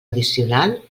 addicional